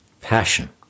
Passion